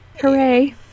Hooray